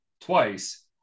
twice